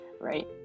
right